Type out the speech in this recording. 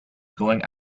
going